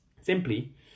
Simply